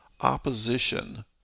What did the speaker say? opposition